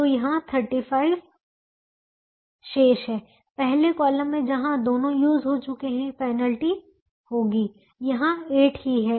तो यहाँ 35 शेष है पहले कॉलम मैं जहां दोनों यूज हो चुके हैं पेनल्टी होगी यहाँ केवल 8 ही है